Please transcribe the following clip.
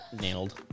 nailed